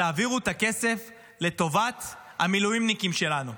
תעבירו את הכסף לטובת המילואימניקים שלנו,